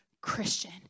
Christian